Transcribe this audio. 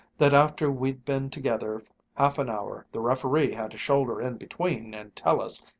that after we'd been together half an hour the referee had to shoulder in between and tell us,